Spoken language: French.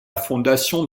fondation